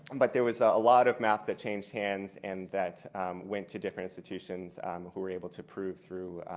but there was a lot of maps that changed hands and that went to different institutions who were able to prove through